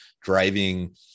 driving